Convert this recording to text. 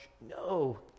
No